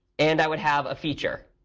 and i would have a feature.